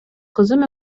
кызым